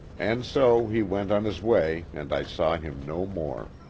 and so he went on his way and i saw him no more.